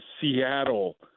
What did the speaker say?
Seattle